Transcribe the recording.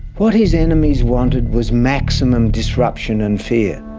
what his enemies wanted was maximum disruption and fear.